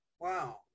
Wow